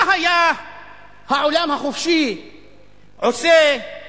מה היה העולם החופשי עושה